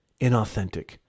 inauthentic